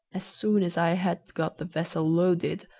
as soon as i had got the vessel loaded,